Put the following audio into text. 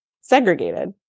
segregated